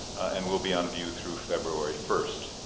and will be on view through february first.